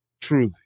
Truly